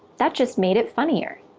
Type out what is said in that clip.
that just made it funnier,